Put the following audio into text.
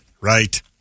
right